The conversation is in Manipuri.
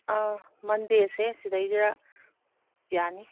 ꯑꯥ ꯃꯟꯗꯦꯁꯦ ꯁꯤꯗꯩꯁꯤꯗ ꯌꯥꯅꯤ